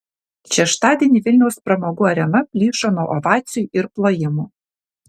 šeštadienį vilniaus pramogų arena plyšo nuo ovacijų ir plojimų